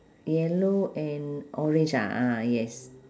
yellow and orange ah ah yes